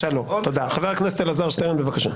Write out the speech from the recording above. חבר הכנסת אלעזר שטרן, בבקשה.